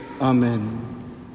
Amen